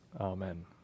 Amen